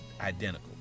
identical